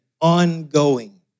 ongoing